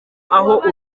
aho